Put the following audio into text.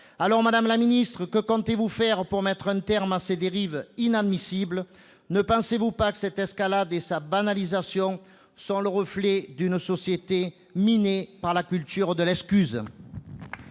Madame la ministre, que comptez-vous faire pour mettre un terme à ces dérives inadmissibles ? Ne pensez-vous pas que cette escalade et sa banalisation sont le reflet d'une société minée par la culture de l'excuse ?